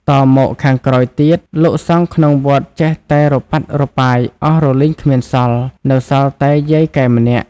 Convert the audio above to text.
តមកខាងក្រោយទៀត លោកសង្ឃក្នុងវត្តចេះតែរប៉ាត់រប៉ាយ អស់រលីងគ្មានសល់ នៅសល់តែយាយកែម្នាក់ ។